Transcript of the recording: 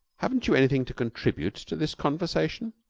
haven't you anything to contribute to this conversation?